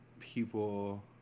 people